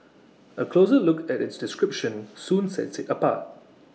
A closer look at its description soon sets IT apart